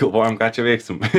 galvojam ką čia veiksim